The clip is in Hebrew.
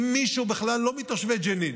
אם מישהו בכלל לא מתושבי ג'נין